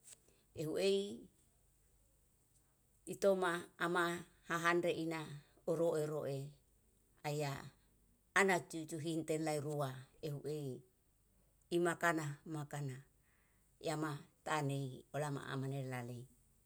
Ehu'ei itoma ama hahandre ina oroe roe aya ana cucu hintelai rua ehu'ei imakana, makana iyama tane olama amalela lai.